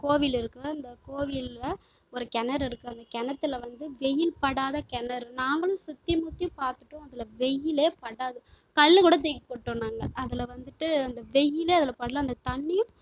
கோவில் இருக்கு அந்த கோவிலில் ஒரு கிணறு இருக்கு அந்த கிணத்துல வந்து வெயில் படாத கிணறு நாங்களும் சுற்றி முத்தி பார்த்துட்டோம் அதில் வெயிலே படாது கல் கூட தூக்கி போட்டோம் நாங்கள் அதில் வந்துவிட்டு அந்த வெயிலே அதில் படல அந்த தண்ணியும்